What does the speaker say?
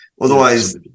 otherwise